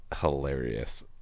hilarious